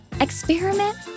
Experiment